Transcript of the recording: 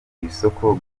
kwisoko